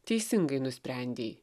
teisingai nusprendei